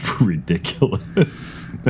ridiculous